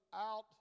out